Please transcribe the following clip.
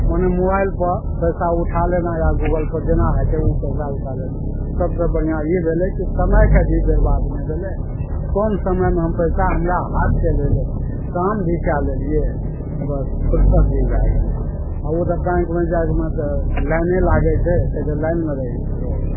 मने मोबाइल पर पैसा उठा लेना या गूगल पर जेना होइ छै ओ पैसा उठा लेना सबसे बढ़िआँ ई भेलै कि समयके भी बेरबाद नहि भेलै कम समयमे हम पैसा हमरा हाथ चलि अयलै काम भी कऽ लेलियै बस फुरसत भी भऽ गेलै आ ओ तऽ बैंकमे जा कऽ तऽ लाइने लागै छै कहै छै लाइनमे रहि रह